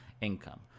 income